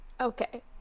Okay